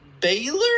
Baylor